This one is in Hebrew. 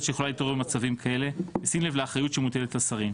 שיכולה להתעורר במצבים כאלה בשים לב לאחריות שמוטלת על שרים.